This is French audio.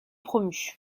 promus